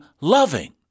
loving